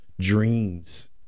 dreams